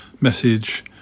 message